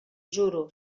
juro